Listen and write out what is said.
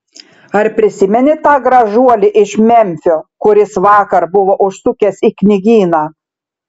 ar prisimeni tą gražuolį iš memfio kuris vakar buvo užsukęs į knygyną